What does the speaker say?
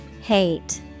hate